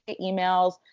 emails